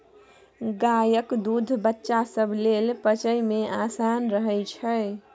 गायक दूध बच्चा सब लेल पचइ मे आसान रहइ छै